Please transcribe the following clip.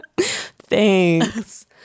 Thanks